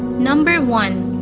number one,